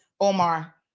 Omar